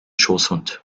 schoßhund